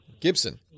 Gibson